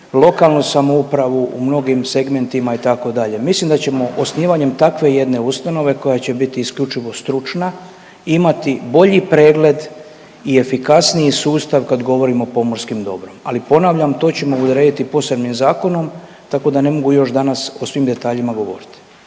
lokalnu samoupravu u mnogim segmentima itd. Mislim da ćemo osnivanjem takve jedne ustanove koja će biti isključivo stručna imati bolji pregled i efikasniji sustav kad govorimo o pomorskom dobru, ali ponavljam to ćemo urediti posebnim zakonom tako da ne mogu još danas o svim detaljima govoriti.